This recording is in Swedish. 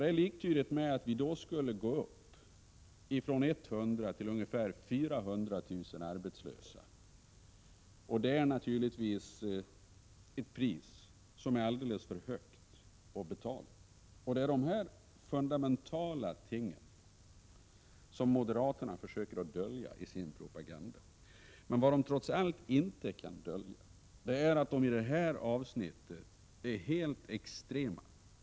Det är liktydigt med att vi skulle få en ökning från 100 000 till ungefär 400 000 arbetslösa. Det är naturligtvis ett pris som är alldeles för högt. Fundamentala ting som dessa försöker moderaterna dölja i sin propaganda. Men vad de trots allt inte kan dölja är att de i detta avsnitt är helt extrema.